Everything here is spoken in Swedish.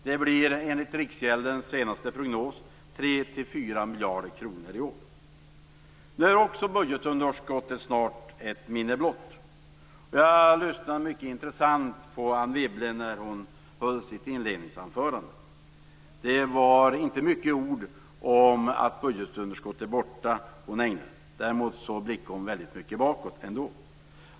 Det blir 3-4 miljarder kronor i år, enligt Riksgäldens senaste prognos. Nu är också budgetunderskottet snart ett minne blott. Jag lyssnade mycket intresserat på Anne Wibbles inledningsanförande. Det var inte många ord om att budgetunderskottet är borta, ånej. Däremot blickade hon mycket långt tillbaka.